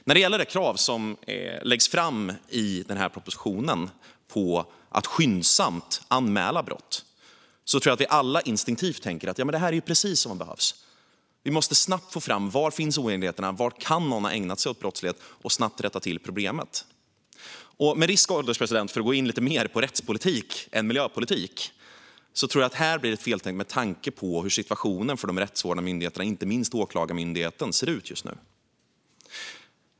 När det gäller det krav som läggs fram i den här propositionen på att skyndsamt anmäla brott tror jag att vi alla instinktivt tänker att det här är precis vad som behövs: Vi måste snabbt få fram var oegentligheterna finns, var någon kan ha ägnat sig åt brottslighet, och sedan snabbt rätta till problemet. Med risk, herr ålderspresident, för att gå in lite mer på rättspolitik än på miljöpolitik tror jag att det här blir ett feltänk med tanke på hur situationen för de rättsvårdande myndigheterna, inte minst Åklagarmyndigheten, ser ut just nu.